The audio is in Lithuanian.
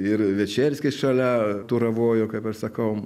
ir večerskis šalia turavojo kaip aš sakau